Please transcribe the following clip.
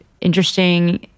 interesting